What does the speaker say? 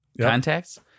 contacts